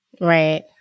Right